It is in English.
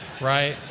right